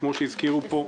כפי שהזכירו פה,